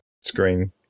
screen